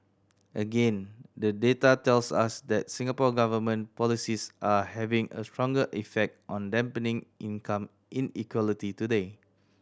again the data tells us that Singapore Government policies are having a stronger effect on dampening income inequality today